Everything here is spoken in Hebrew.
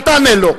אל תענה לו.